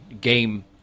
game